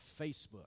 Facebook